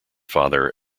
father